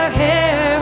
hair